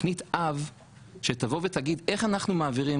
תוכנית אב שתבוא ותגיד איך אנחנו מעבירים